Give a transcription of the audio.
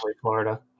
Florida